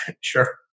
Sure